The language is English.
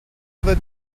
other